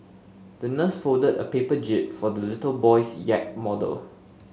the nurse folded a paper jib for the little boy's yacht model